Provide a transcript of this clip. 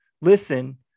listen